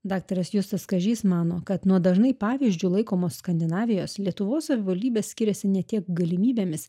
daktaras justas kažys mano kad nuo dažnai pavyzdžiu laikomos skandinavijos lietuvos savivaldybės skiriasi ne tiek galimybėmis